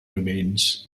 remains